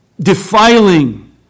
defiling